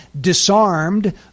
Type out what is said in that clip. disarmed